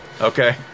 okay